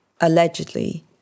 allegedly